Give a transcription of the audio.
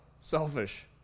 selfish